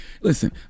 Listen